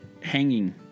hanging